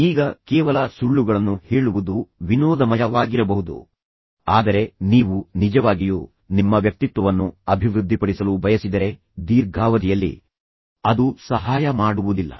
ಈಗ ಕೇವಲ ಸುಳ್ಳುಗಳನ್ನು ಹೇಳುವುದು ವಿನೋದಮಯವಾಗಿರಬಹುದು ಆದರೆ ನೀವು ನಿಜವಾಗಿಯೂ ನಿಮ್ಮ ವ್ಯಕ್ತಿತ್ವವನ್ನು ಅಭಿವೃದ್ಧಿಪಡಿಸಲು ಬಯಸಿದರೆ ದೀರ್ಘಾವಧಿಯಲ್ಲಿ ಅದು ಸಹಾಯ ಮಾಡುವುದಿಲ್ಲ